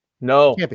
No